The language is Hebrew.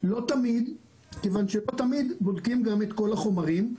לא תמיד כיוון שלא תמיד בודקים גם את כל החומרים.